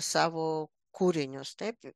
savo kūrinius taip